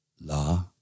La